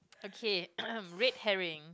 okay red herring